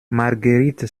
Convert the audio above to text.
marguerite